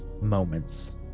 moments